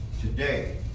Today